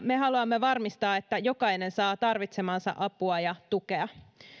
me haluamme varmistaa että jokainen saa tarvitsemaansa apua ja tukea